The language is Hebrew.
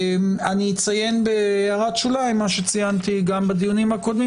אני אציין בהערת שוליים מה שציינתי גם בדיונים הקודמים,